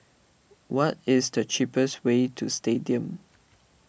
what is the cheapest way to Stadium